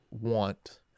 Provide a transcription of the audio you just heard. want